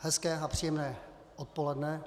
Hezké a příjemné odpoledne.